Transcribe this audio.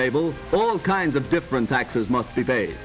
table all kinds of different taxes must be